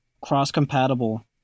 cross-compatible